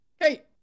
Hey